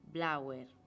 Blauer